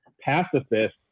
pacifist